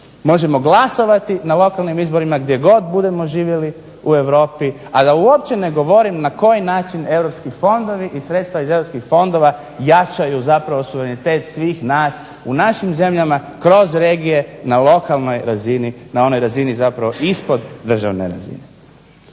možemo glasovati na lokalnim izborima gdje god budemo živjeli u Europi, a da uopće ne govorim na koji način europski fondovi i sredstva iz europskih fondova jačaju zapravo suverenitet svih nas u našim zemljama kroz regije na lokalnoj razini, na onoj razini zapravo ispod državne razine.